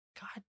god